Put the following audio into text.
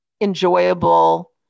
enjoyable